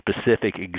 specific